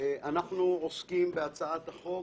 הצעת חוק